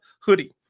hoodie